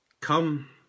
Come